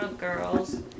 girls